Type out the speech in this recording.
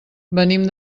venim